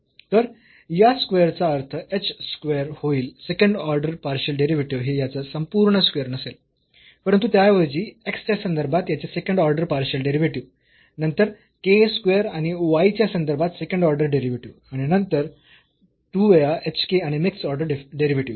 तर या स्क्वेअर चा अर्थ h स्क्वेअर होईल सेकंड ऑर्डर पार्शियल डेरिव्हेटिव्ह हे याचा संपूर्ण स्क्वेअर नसेल परंतु त्याऐवजी x च्या संदर्भात याचे सेकंड ऑर्डर पार्शियल डेरिव्हेटिव्ह नंतर k स्क्वेअर आणि y च्या संदर्भात सेकंड ऑर्डर डेरिव्हेटिव्ह आणि नंतर 2 वेळा hk आणि मिक्स्ड ऑर्डर डेरिव्हेटिव्हस्